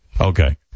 Okay